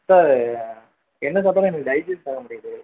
sir என்ன சாப்பிட்டாலும் எனக்கு டைஜிஸ்ட் ஆகமாட்டேங்கிது